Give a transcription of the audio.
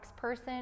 person